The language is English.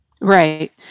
Right